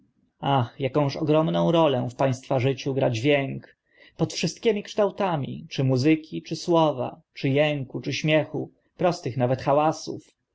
ach akąż ogromną rolę w państwie życia gra dźwięk pod wszystkimi kształtami czy muzyki czy słowa czy ęku czy śmiechu prostych nawet hałasów